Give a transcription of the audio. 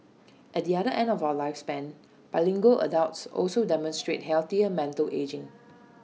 at the other end of our lifespan bilingual adults also demonstrate healthier mental ageing